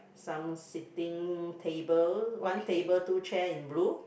some seating table one table two chair in blue